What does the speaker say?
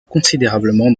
considérablement